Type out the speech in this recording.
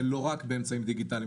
ולא רק באמצעים דיגיטליים.